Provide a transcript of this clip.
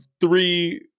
three